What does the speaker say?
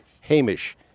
Hamish